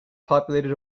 populated